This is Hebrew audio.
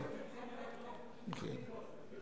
בלי ליפול.